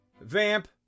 Vamp